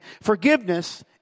Forgiveness